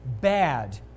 bad